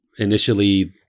Initially